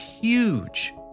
huge